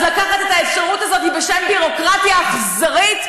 אז לקחת את האפשרות הזאת בשם ביורוקרטיה אכזרית?